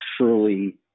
truly